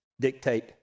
dictate